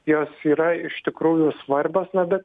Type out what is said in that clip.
jos yra iš tikrųjų svarbos na bet